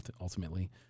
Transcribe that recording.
ultimately